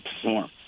perform